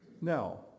Now